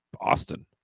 Austin